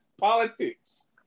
politics